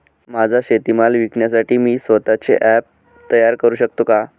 माझा शेतीमाल विकण्यासाठी मी स्वत:चे ॲप तयार करु शकतो का?